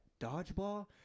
dodgeball